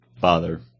father